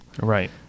right